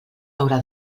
haurà